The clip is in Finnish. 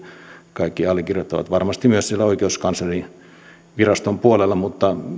kaikki allekirjoittavat varmasti myös siellä oikeuskanslerinviraston puolella mutta